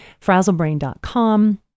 frazzlebrain.com